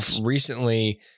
recently